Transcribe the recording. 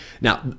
Now